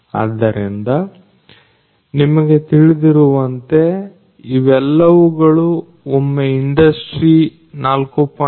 ಆದ್ದರಿಂದ ನಿಮಗೆ ತಿಳಿದಿರುವಂತೆ ಇವೆಲ್ಲವುಗಳು ಒಮ್ಮೆ ಇಂಡಸ್ಟ್ರಿ4